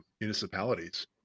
municipalities